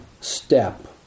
step